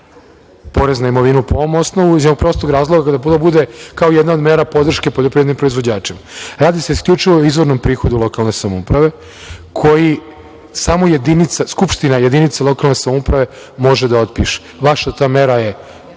porez na imovinu po ovom osnovu iz jednog prostog razloga da to bude kao jedna od mera podrške poljoprivrednim proizvođačima. Radi se isključivo o izvornom prihodu lokalne samouprave koji samo skupština jedinica lokalne samouprave može da otpiše. Vaša ta mera je